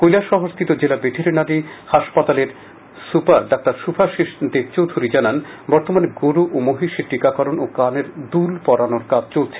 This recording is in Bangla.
কৈলাসহরস্থিত জেলা ভেটেরিনারি হাসপাতালের সুপার ডাঃ শুভাশীষ দেবচৌধুরি জানান বর্তমানে গরু ও মহিষের টিকাকরণ ও কানের দুল পরানোর কাজ চলছে